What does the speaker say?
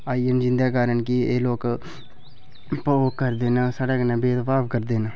आई गे न जिं'दे कारण कि एह् लोक ओह् करदे न साढ़े कन्नै भेद भाव करदे न